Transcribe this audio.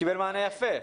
הוא קיבל מענה יפה.